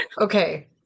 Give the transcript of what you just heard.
okay